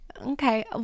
Okay